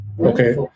Okay